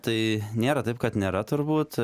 tai nėra taip kad nėra turbūt